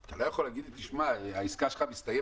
אתה לא יכול להגיד לי: תשמע, העסקה שלך מסתיימת